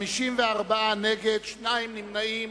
54 נגד, שני נמנעים.